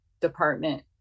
Department